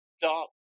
dark